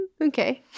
Okay